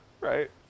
right